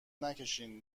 نکشین